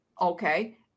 okay